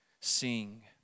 sing